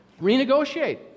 renegotiate